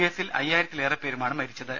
എസിൽ അയ്യായിരത്തിലേറെ പേരുമാണ് മരിച്ചത്